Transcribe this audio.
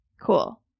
Cool